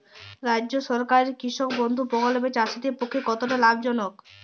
রাজ্য সরকারের কৃষক বন্ধু প্রকল্প চাষীদের পক্ষে কতটা লাভজনক?